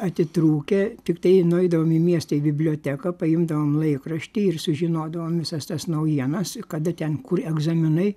atitrūkę tiktai nueidavom į miestą į biblioteką paimdavom laikraštį ir sužinodavom visas tas naujienas kada ten kur egzaminai